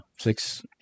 six